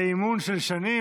זה אימון של שנים,